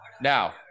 Now